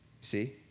See